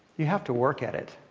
you have to work at it.